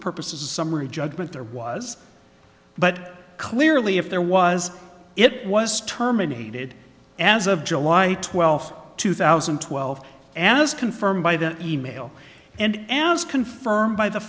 purposes of summary judgment there was but clearly if there was it was terminated as of july twelfth two thousand and twelve as confirmed by the email and as confirmed by the